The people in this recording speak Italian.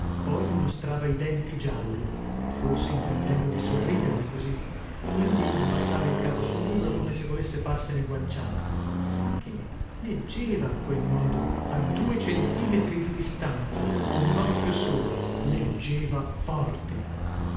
poi mi mostrava i denti gialli forse intendendo di sorridermi così quindi abbassava il capo sul libro come se volesse farsene guanciale ma che leggeva a quel modo a due centimetri di distanza con un occhio solo leggeva forte